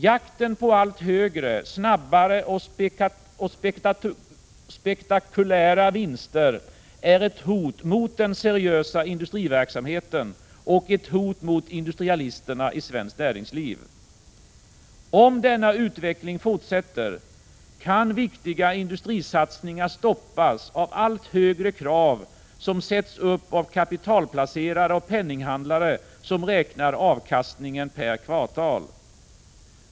Jakten på allt högre, snabbare och spektakulära vinster är ett hot mot den seriösa industriverksamheten och ett hot mot industrialisterna i svenskt näringsliv. Om denna utveckling fortsätter, kan viktiga industrisatsningar stoppas av allt högre krav, som sätts upp av kapitalplacerare och penninghandlare, som räknar avkastningen per kvartal.